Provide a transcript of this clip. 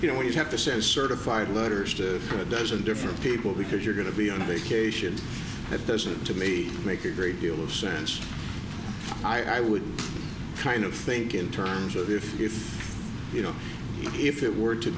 you know when you have to say certified letters to a dozen different people because you're going to be on vacation it doesn't to me make a great deal of sense i would kind of think in terms of if if you know if it were to